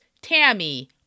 Tammy